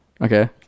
Okay